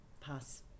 pass